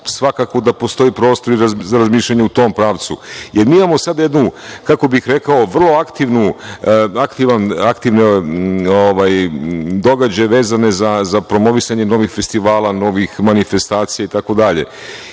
svakako da postoji prostor za razmišljanje u tom pravcu, jer mi imamo sad jednu, kako bih rekao, vrlo aktivne događaje vezane za promovisanje novih festivala, novih manifestacija i